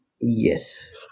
Yes